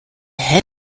head